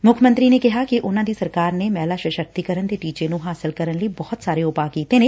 ਮੁੱਖ ਮੰਤਰੀ ਨੇ ਕਿਹਾ ਕਿ ਉਨਾਂ ਦੀ ਸਰਕਾਰ ਨੇ ਮਹਿਲਾ ਸ਼ਸਕਤੀਕਰਨ ਦੇ ਟੀਚੇ ਨੂੰ ਹਾਸਲ ਕਰਨ ਲਈ ਬਹੁਤ ਸਾਰੇ ਉਪਾਅ ਕੀਤੇ ਨੇ